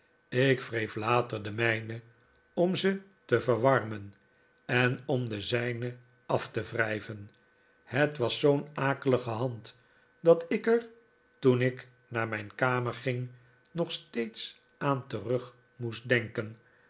ik wreef later de mijne om ze te verwarmen en o m d e zijne af te wrijven het was zoo'n akelige hand dat ik er toen ik naar mijn kamer ging nog steeds aan terug moest denken